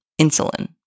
insulin